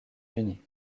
unis